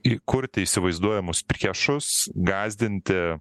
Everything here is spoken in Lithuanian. įkurti įsivaizduojamus priešus gąsdinti